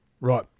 Right